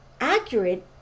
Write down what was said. accurate